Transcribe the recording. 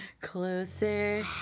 closer